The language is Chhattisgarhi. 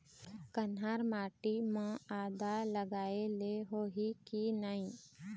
कन्हार माटी म आदा लगाए ले होही की नहीं?